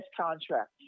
contract